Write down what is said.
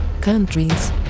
countries